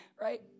Right